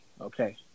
okay